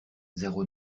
zéro